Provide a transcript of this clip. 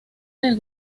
del